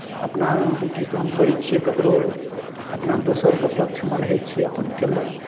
अपना ड्यूटी तऽ हम करै छियै केकरो अपना दोसरके पक्षमे रहै छियै अपन केलहुँ